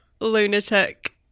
lunatic